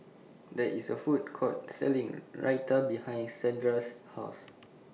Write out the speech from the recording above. There IS A Food Court Selling Raita behind Casandra's House